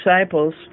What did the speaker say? disciples